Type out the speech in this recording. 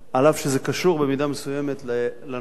אף שזה קשור במידה מסוימת לנושא,